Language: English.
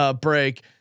break